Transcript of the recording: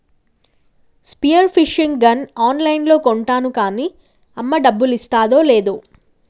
spear fishing gun on లైన్లో కొంటాను కాన్నీ అమ్మ డబ్బులిస్తాదో లేదో